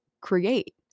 create